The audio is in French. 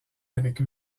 avec